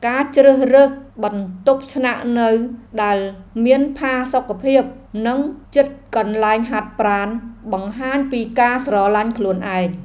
ការជ្រើសរើសបន្ទប់ស្នាក់នៅដែលមានផាសុកភាពនិងជិតកន្លែងហាត់ប្រាណបង្ហាញពីការស្រឡាញ់ខ្លួនឯង។